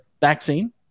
vaccine